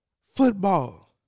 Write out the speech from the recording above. football